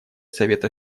совета